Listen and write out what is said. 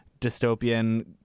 dystopian